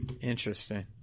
Interesting